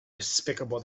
despicable